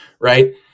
right